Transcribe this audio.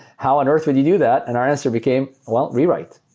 how on earth would you do that? and our answer became, well, rewrite.